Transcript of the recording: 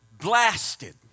blasted